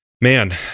man